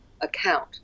account